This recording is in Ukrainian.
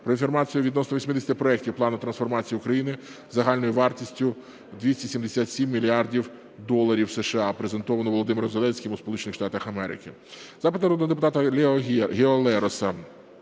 про інформацію відносно 80 проектів плану трансформації України загальною вартістю 277 мільярдів доларів США, презентовану Володимиром Зеленським у